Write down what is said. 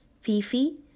Fifi